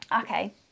Okay